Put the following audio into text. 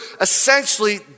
essentially